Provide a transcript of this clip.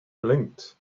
blinked